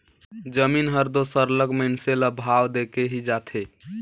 जमीन हर दो सरलग मइनसे ल भाव देके ही जाथे